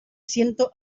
ciento